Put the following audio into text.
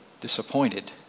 disappointed